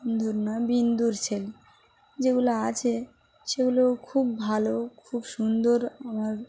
নয় বিন্দুর ছেলে যেগুলো আছে সেগুলোও খুব ভালো খুব সুন্দর আমার